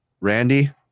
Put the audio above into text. Randy